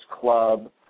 Club